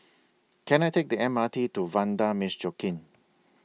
Can I Take The M R T to Vanda Miss Joaquim